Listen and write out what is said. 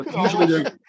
Usually